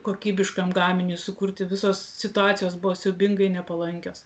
kokybiškam gaminiui sukurti visos situacijos buvo siaubingai nepalankios